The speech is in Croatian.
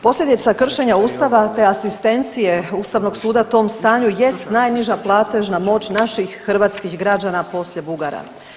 Posljedica kršenja Ustava te asistencije Ustavnog suda tom stanju jest najniža platežna moć naših hrvatskih građana poslije Bugara.